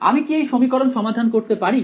আমি কি এই সমীকরণ সমাধান করতে পারি